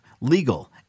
legal